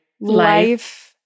Life